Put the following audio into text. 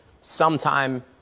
sometime